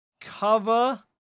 cover